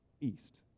east